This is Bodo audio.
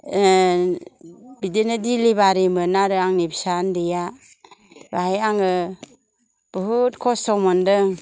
बिदिनो दिलिबारिमोन आरो आंनि फिसा उन्दैया बाहाय आङो बुहुद खस्थ' मोन्दों